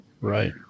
Right